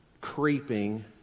creeping